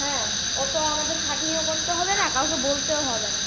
হ্যাঁ ও তো আমাদের খাটনিও করতে হবে না কাউকে বলতেও হবে না